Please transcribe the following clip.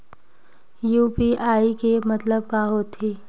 UPI के मतलब का होथे?